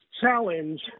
challenge